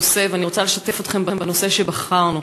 ואני רוצה לשתף אתכם בנושא שבחרנו.